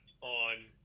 on